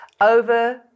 over